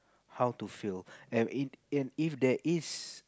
how to fail and if and if there is